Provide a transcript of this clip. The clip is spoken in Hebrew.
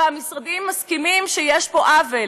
הרי המשרדים מסכימים שיש פה עוול,